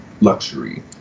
luxury